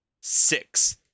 six